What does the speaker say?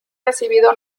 recibido